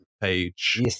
page